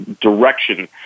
direction